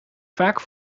vaak